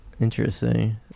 interesting